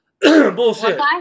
Bullshit